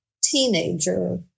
teenager